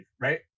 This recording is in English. right